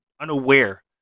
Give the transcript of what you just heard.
unaware